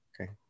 Okay